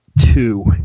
two